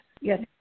Yes